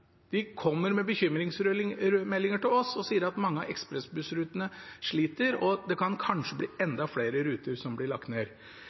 kommer bekymringsmeldinger til oss som sier at mange av ekspressbussrutene sliter, og at det kanskje kan bli enda flere ruter som blir lagt ned.